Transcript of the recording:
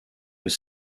aux